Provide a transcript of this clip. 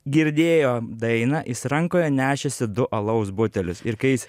girdėjo dainą jis rankoje nešėsi du alaus butelius ir kai jis